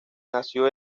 nació